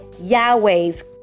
Yahweh's